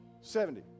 Seventy